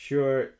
Sure